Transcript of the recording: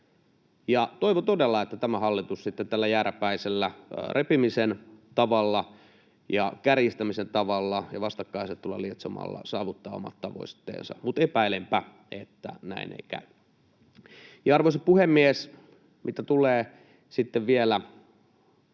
Toivon todella, että tämä hallitus sitten tällä jääräpäisellä repimisen tavalla ja kärjistämisen tavalla ja vastakkainasettelua lietsomalla saavuttaa omat tavoitteensa — mutta epäilenpä, että näin ei käy. Arvoisa puhemies! Mitä tulee sitten vielä